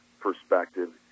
perspective